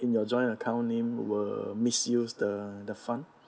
in your joint account name will misuse the the fund